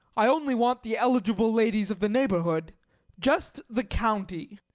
i only want the eligible ladies of the neighbourhood just the county.